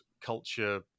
culture